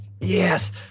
Yes